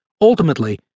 Ultimately